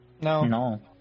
No